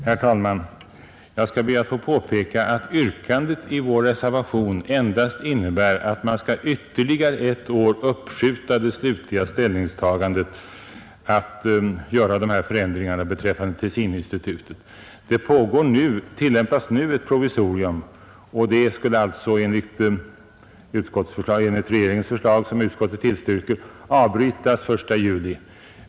Herr talman! Jag skall be att få påpeka att yrkandet i vår reservation innebär att man skall ytterligare ett år uppskjuta det slutliga ställningstagandet till de föreslagna förändringarna beträffande Tessininstitutet. Det tillämpas nu en provisorisk ordning men den skulle enligt regeringens förslag, som utskottet tillstyrker, avbrytas den 1 juli.